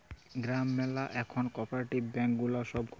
গ্রাম ম্যালা এখল cooperative bank গুলা সব খুলছে